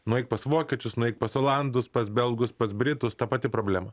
nueik pas vokiečius nueik pas olandus pas belgus pas britus ta pati problema